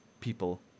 people